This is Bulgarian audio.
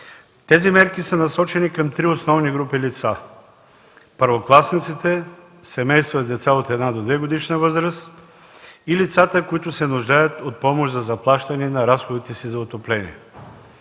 мерки. Те са насочени към три основни групи лица – първокласниците, семейства с деца от една до двегодишна възраст и лицата, които се нуждаят от помощ за заплащане на разходите си за отопление.